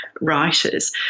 writers